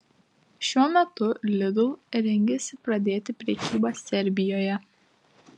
šiuo metu lidl rengiasi pradėti prekybą serbijoje